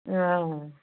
ம் ஆமாங்க